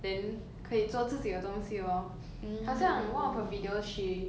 then 可以做自己的东西 lor 好像 one of her video she